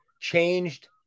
changed